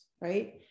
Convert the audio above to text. right